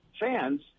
fans